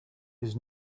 his